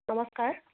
নমস্কাৰ